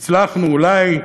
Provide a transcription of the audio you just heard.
הצלחנו, אולי,